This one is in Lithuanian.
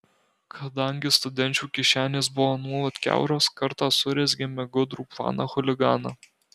kadangi studenčių kišenės buvo nuolat kiauros kartą surezgėme gudrų planą chuliganą